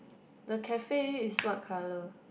the Cafe is what colour